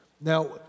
Now